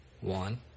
one